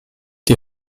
die